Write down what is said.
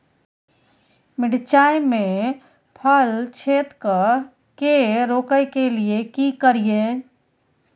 मिर्चाय मे फल छेदक के रोकय के लिये की करियै?